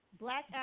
Black